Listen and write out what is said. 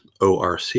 ORC